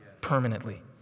permanently